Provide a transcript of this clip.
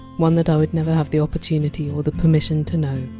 one that i would never have the opportunity or the permission to know